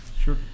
Sure